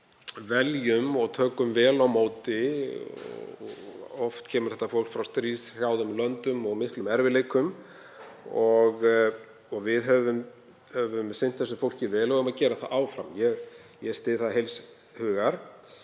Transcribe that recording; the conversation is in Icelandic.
veljum og tökum vel á móti og oft kemur það fólk frá stríðshrjáðum löndum og miklum erfiðleikum og við höfum sinnt því fólki vel og eigum að gera það áfram og ég styð það heils hugar